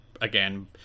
again